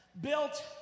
built